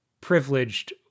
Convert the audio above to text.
privileged